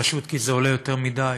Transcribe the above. פשוט כי זה עולה יותר מדי,